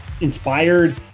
inspired